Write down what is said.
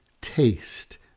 taste